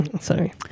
Sorry